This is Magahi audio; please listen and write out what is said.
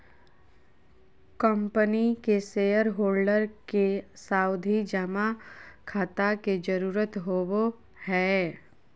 कम्पनी के शेयर होल्डर के सावधि जमा खाता के जरूरत होवो हय